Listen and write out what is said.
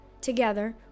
Together